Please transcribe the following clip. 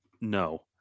no